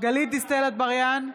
גלית דיסטל אטבריאן,